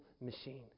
machine